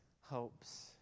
hopes